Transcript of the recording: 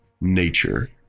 nature